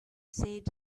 said